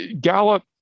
Gallup